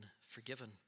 forgiven